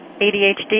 ADHD